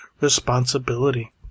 responsibility